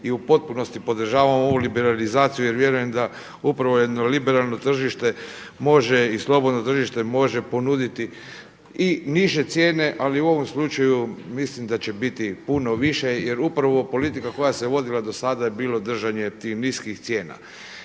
i u potpunosti podržavamo ovu liberalizaciju jer vjerujem da upravo jedno liberalno tržište može i slobodno tržište može ponuditi i niže cijene, ali u ovom slučaju mislim da će biti puno više jer upravo ova politika koja se vodila do sada je bilo držanje tih niskih cijena.